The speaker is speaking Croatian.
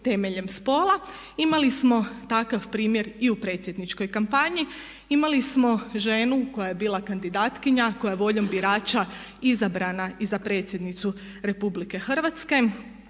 temeljem spola. Imali smo takav primjer i u predsjedničkoj kampanji. Imali smo ženu koja je bila kandidatkinja, koja je voljom birača izabrana i za predsjednicu Republike Hrvatske